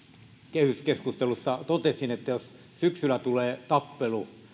kehyskeskustelussa totesin että jos syksyllä tulee tappelu